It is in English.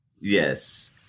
Yes